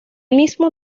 mismo